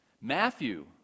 Matthew